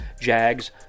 Jags